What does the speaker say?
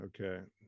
Okay